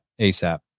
ASAP